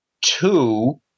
Two